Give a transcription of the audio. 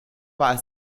war